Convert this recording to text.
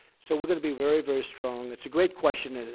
so we're going to be very, very strong. it's a great question,